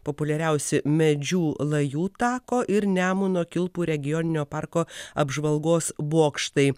populiariausi medžių lajų tako ir nemuno kilpų regioninio parko apžvalgos bokštai